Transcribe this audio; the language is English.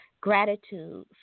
gratitude